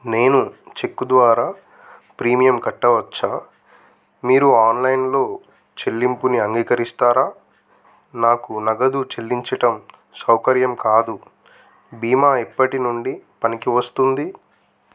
నేను చెక్కు ద్వారా ప్రీమియం కట్టవచ్చా మీరు ఆన్లైన్లో చెల్లింపుని అంగీకరిస్తారా నాకు నగదు చెల్లించటం సౌకర్యం కాదు బీమా ఎప్పటి నుండి పనికి వస్తుంది